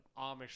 Amish